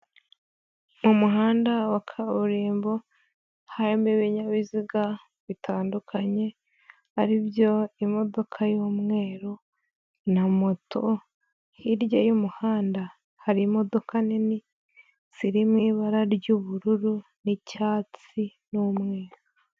Mu muhanda wa kaburimbo harimo ibinyabiziga bitandukanye, ari byo imodoka y'umweru na moto, hirya y'umuhanda hari imodoka nini zirimo ibara ry'ubururu n'icyatsi n'umweru.